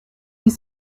six